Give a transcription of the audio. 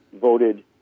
voted